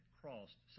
crossed